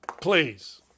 please